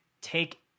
take